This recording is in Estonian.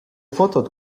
fotod